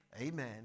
Amen